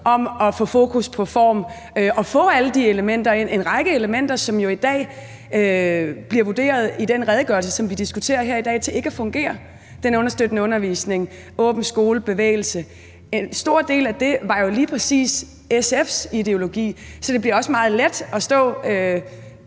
om at få fokus på form og få alle de elementer ind – en række elementer, som jo i den redegørelse, som vi diskuterer her i dag, bliver vurderet til ikke at fungere. Det gælder den understøttende undervisning, åben skole og bevægelse. En stor del af det var jo lige præcis udtryk for SF's ideologi. Så det bliver også meget let de her